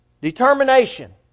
Determination